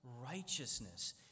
righteousness